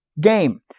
game